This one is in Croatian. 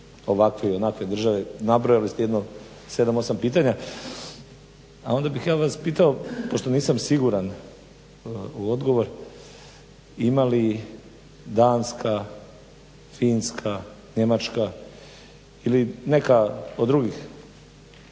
ovakve ili onakve države, nabrojali ste jedno 7, 8 pitanja, a onda bih ja vas pitao pošto nisam siguran u odgovor. Ima li Danska, Finska, Njemačka ili neka od drugih